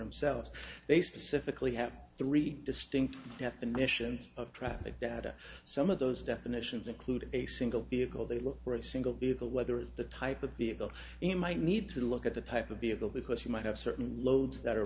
cells they specifically have three distinct definitions of traffic data some of those definitions include a single vehicle they look for a single vehicle whether it's the type of vehicle in might need to look at the type of vehicle because you might have certain loads that are